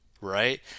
right